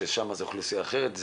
ששם זו אוכלוסייה אחרת,